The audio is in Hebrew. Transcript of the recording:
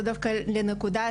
זה דווקא נקודה,